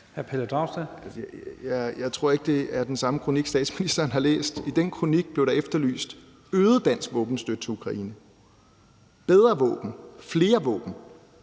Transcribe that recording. Jeg tror ikke, det er den samme kronik, som statsministeren har læst. I den kronik blev der efterlyst øget dansk våbenstøtte til Ukraine, bedre våben og flere våben.